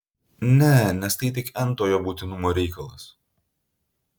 ne nes tai tik n tojo būtinumo reikalas